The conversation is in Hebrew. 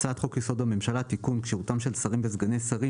הצעת חוק-יסוד: הממשלה (תיקון כשירותם של שרים וסגני שרים)